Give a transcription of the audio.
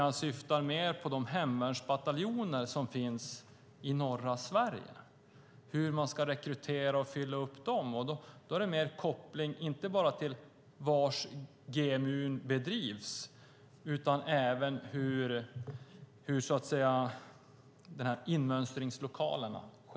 Jag syftar mer på de hemvärnsbataljoner som finns i norra Sverige och hur man ska rekrytera och fylla upp dem. Det är inte kopplat bara till var GMU bedrivs utan till var inmönstringslokalerna finns.